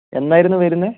എന്നായിരുന്നു വരുന്നത്